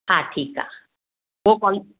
हा ठीकु आहे